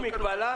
יש מגבלה?